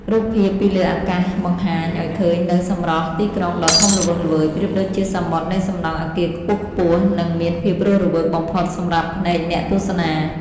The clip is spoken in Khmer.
រូបភាពពីលើអាកាសបង្ហាញឱ្យឃើញនូវសម្រស់ទីក្រុងដ៏ធំល្វឹងល្វើយប្រៀបដូចជាសមុទ្រនៃសំណង់អាគារខ្ពស់ៗ និង មានភាពរស់រវើកបំផុតសម្រាប់ភ្នែកអ្នកទស្សនា។